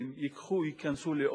מסוימת,